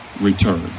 return